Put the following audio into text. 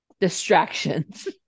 distractions